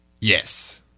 Yes